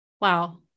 Wow